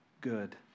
good